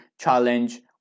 challenge